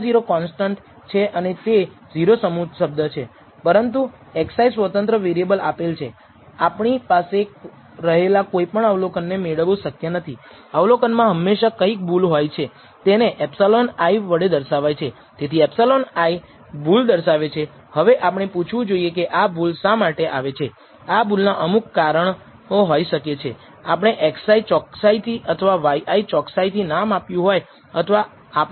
નથી જો β1 0 એ સૂચવે છે કે સ્વતંત્ર ચલ x નો આશ્રિત ચલ પર કોઈ અસર નથી પરંતુ બીજી બાજુ જો તમે આ નલ પૂર્વધારણાને નકારો છો તો આપણે નિષ્કર્ષ પર આવી રહ્યા છીએ કે સ્વતંત્ર ચલનો આશ્રિત ચલ પર થોડી અસર પડે છે